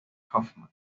hofmann